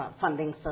funding